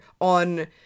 on